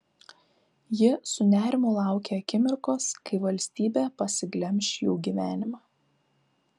ji su nerimu laukė akimirkos kai valstybė pasiglemš jų gyvenimą